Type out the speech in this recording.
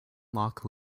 locke